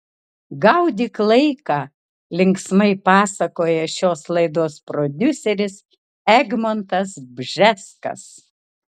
gaudyk laiką linksmai pasakoja šios laidos prodiuseris egmontas bžeskas